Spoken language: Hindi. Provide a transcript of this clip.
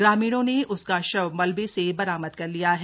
ग्रामीणों ने उसका शव मलबे से बरामद कर लिया है